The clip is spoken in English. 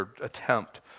attempt